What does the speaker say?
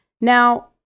Now